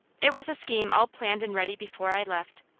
it was a scheme all planned and ready before i left.